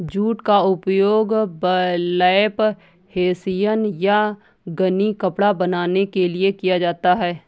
jute का उपयोग burlap hessian या गनी कपड़ा बनाने के लिए किया जाता है